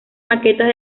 maquetas